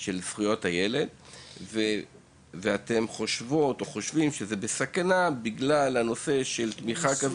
של זכויות הילד ואתן חושבות שמבחני התמיכה מצויים בסכנה בגלל תקצוב כזה